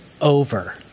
over